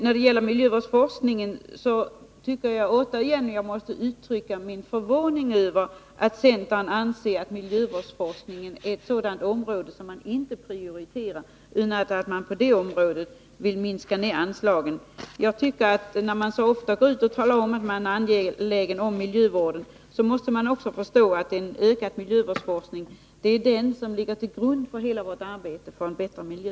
När det gäller miljövårdsforskningen måste jag återigen uttrycka min förvåning över att centern anser att miljövårdsforskning är ett sådant område som man inte prioriterar, utan att man på det området vill minska ner anslagen. Jag tycker att centern, när man så ofta går ut och talar om att man är angelägen om miljövården, också måste förstå att det är en ökad miljövårdsforskning som ligger till grund för hela vårt arbete för en bättre miljö.